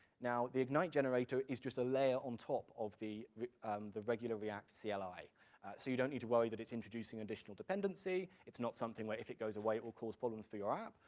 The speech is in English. now, the ignite generator is just a layer on top of the the regular react so yeah like cli, so you don't need to worry that it's introducing additional dependency, it's not something where, if it goes away, it will cause problems for your app.